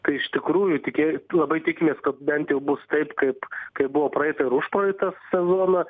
tai iš tikrųjų tikė labai tikimės kad bent jau bus taip kaip kaip buvo praeitą ir užpraeitą sezoną